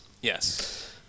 Yes